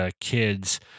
kids